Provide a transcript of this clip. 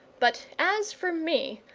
but as for me,